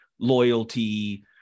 loyalty